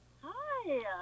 Hi